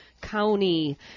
County